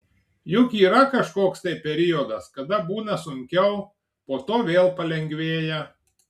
juk yra kažkoks tai periodas kada būna sunkiau po to vėl palengvėja